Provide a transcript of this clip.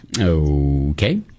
Okay